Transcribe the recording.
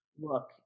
look